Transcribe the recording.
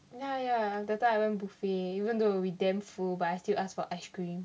ya ya that time I went buffet even though we damn full but I still ask for ice cream